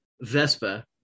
Vespa